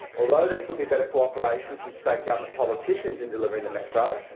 although there could be better cooperation from state government politicians in delivering the metro,